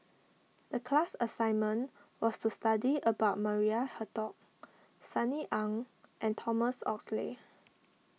the class assignment was to study about Maria Hertogh Sunny Ang and Thomas Oxley